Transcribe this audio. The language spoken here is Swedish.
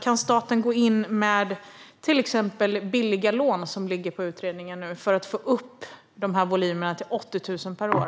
Kan staten gå in med till exempel billiga lån, som utredningen ska titta på, för att öka volymerna till 80 000 per år?